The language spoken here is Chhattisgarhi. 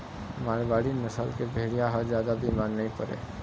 मारवाड़ी नसल के भेड़िया ह जादा बिमार नइ परय